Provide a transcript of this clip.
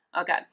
Okay